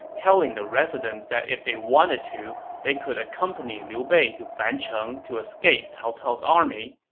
telling the residents that if they wanted to, they could accompany liu bei to fancheng to escape cao cao's army.